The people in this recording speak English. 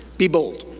be bold.